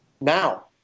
now